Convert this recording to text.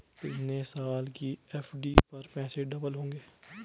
कितने साल की एफ.डी पर पैसे डबल होंगे?